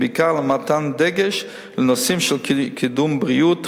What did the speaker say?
ובעיקר מתן דגש לנושאים של קידום בריאות,